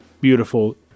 beautiful